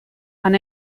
han